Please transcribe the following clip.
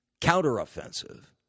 counteroffensive